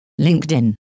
LinkedIn